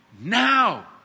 now